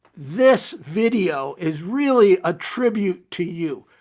this video is really a tribute to you,